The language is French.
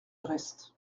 reste